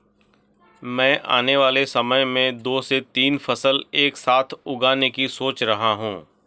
मैं आने वाले समय में दो से तीन फसल एक साथ उगाने की सोच रहा हूं